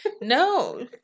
No